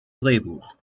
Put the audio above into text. drehbuch